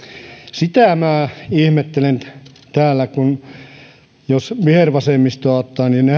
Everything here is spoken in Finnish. sitä minä ihmettelen täällä vihervasemmistohan